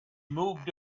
moved